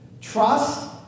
trust